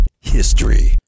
history